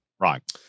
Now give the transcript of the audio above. Right